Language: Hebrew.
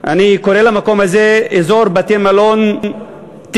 אני קורא למקום הזה אזור בתי-מלון טכנולוגיים,